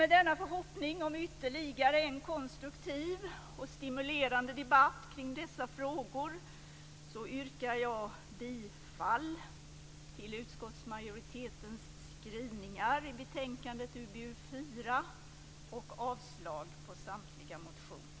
Med denna förhoppning om ytterligare en konstruktiv och stimulerande debatt kring dessa frågor yrkar jag bifall till utskottsmajoritetens skrivningar i betänkandet UbU4 och avslag på samtliga motioner.